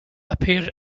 appeared